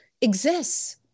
exists